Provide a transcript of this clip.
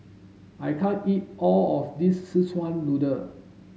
I can't eat all of this Szechuan noodle